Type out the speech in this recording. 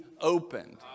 opened